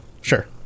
sure